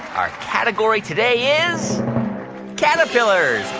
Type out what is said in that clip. our category today is caterpillars.